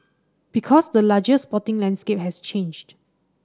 because the larger sporting landscape has changed